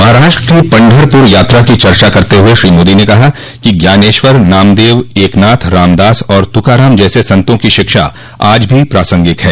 महाराष्ट्र की पंढरपुर यात्रा की चर्चा करते हुए श्री मोदी ने कहा कि ज्ञानेश्वर नामदेव एकनाथ रामदास और तुकाराम जैसे संतों की शिक्षा आज भी प्रासंगिक है